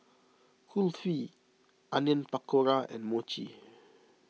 Kulfi Onion Pakora and Mochi